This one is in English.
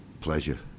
pleasure